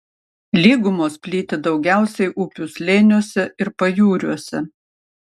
lygumos plyti daugiausiai upių slėniuose ir pajūriuose